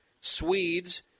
Swedes